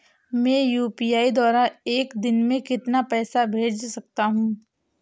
मैं यू.पी.आई द्वारा एक दिन में कितना पैसा भेज सकता हूँ?